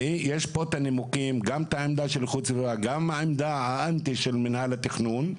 יש לנו פה את העמדה של איכות סביבה ואת העמדה של מינהל התכנון.